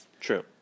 True